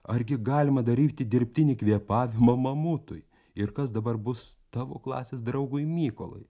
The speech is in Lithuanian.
argi galima daryti dirbtinį kvėpavimą mamutui ir kas dabar bus tavo klasės draugui mykolui